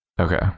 Okay